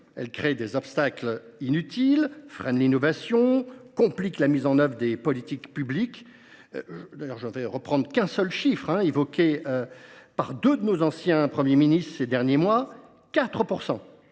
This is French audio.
elle crée des obstacles inutiles, freine l’innovation, complique la mise en œuvre des politiques publiques. Je ne citerai qu’un seul chiffre, avancé par deux de nos anciens Premiers ministres ces derniers mois :